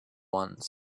ones